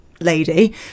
lady